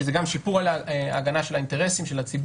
שזה גם הגנה על האינטרסים של הציבור,